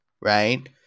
right